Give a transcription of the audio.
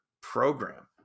program